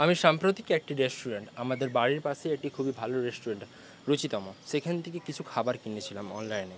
আমি সাম্প্রতিক একটি রেস্টুরেন্ট আমাদের বাড়ির পাশেই এটি খুবই ভালো রেস্টুরেন্ট রুচিতম সেখান থেকে কিছু খাবার কিনেছিলাম অনলাইনে